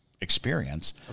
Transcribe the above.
experience